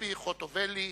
ציפי חוטובלי,